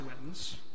wins